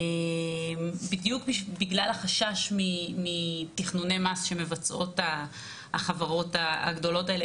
בדיוק בגלל החשש מתכנוני מס שמבצעות החברות הגדולות האלה.